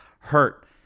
hurt